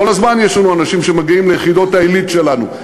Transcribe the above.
כל הזמן יש לנו אנשים שמגיעים ליחידות העילית שלנו.